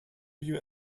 you